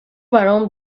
برام